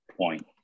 point